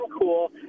cool